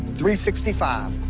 three, sixty five.